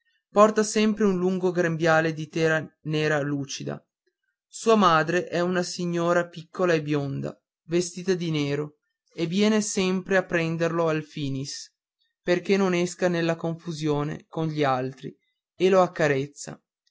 porta sempre un lungo grembiale di tela nera lucida sua madre è una signora piccola a bionda vestita di nero e vien sempre a prenderlo al finis perché non esca nella confusione con gli altri e lo accarezza